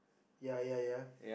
ya ya ya